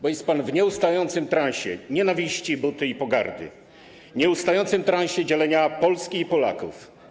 Bo jest pan w nieustającym transie nienawiści, buty i pogardy, nieustającym transie dzielenia Polski i Polaków.